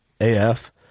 AF